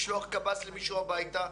לשלוח קב"ס למישהו הביתה.